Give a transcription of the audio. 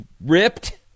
ripped